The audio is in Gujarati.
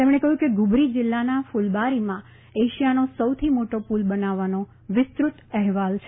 તેમણે કહયું કે ધુબરી જીલ્લાના કુલબારીમાં એશિયાનો સૌથી મોટો પુલ બનાવવાનો વિસ્તૃત અહેવાલ તૈયાર છે